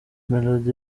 melody